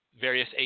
various